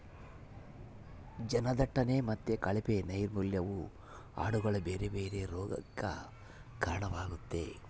ಜನದಟ್ಟಣೆ ಮತ್ತೆ ಕಳಪೆ ನೈರ್ಮಲ್ಯವು ಆಡುಗಳ ಬೇರೆ ಬೇರೆ ರೋಗಗಕ್ಕ ಕಾರಣವಾಗ್ತತೆ